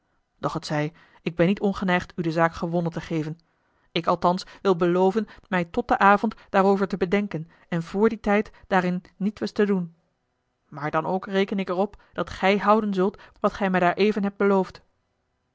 het zij ik ben niet ongeneigd u de zaak gewonnen te geven ik althans wil beloven mij tot den avond daarover te bedenken en vr dien tijd daarin nietwes te doen maar dan ook reken ik er op dat gij houden zult wat gij mij daareven hebt beloofd